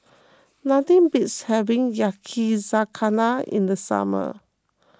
nothing beats having Yakizakana in the summer